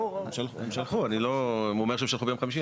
הוא אומר שהם שלחו ביום חמישי.